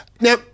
Now